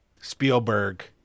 Spielberg